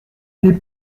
des